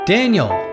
Daniel